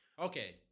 Okay